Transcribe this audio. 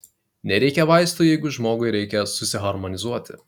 nereikia vaistų jeigu žmogui reikia susiharmonizuoti